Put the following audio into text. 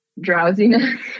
drowsiness